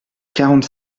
quarante